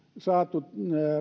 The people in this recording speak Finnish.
saatu